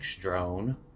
Drone